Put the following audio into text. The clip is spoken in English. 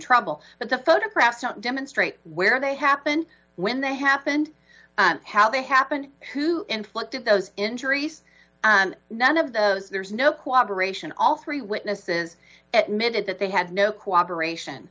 trouble but the photographs not demonstrate where they happen when they happened how they happened who inflicted those injuries none of those there's no cooperation all three witnesses at mit at that they had no cooperation